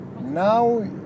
Now